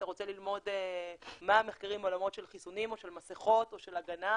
אתה רוצה ללמוד מה המחקרים בעולמות של חיסונים או של מסכות או של הגנה,